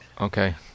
okay